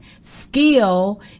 Skill